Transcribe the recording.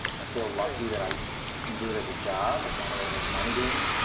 i feel lucky that i can do it as a job. i found a way to make money doing it.